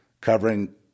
covering